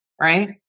Right